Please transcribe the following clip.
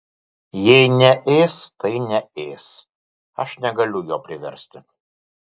jei neės tai neės aš negaliu jo priversti